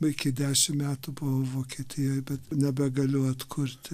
iki dešim metų buvau vokietijoj bet nebegaliu atkurti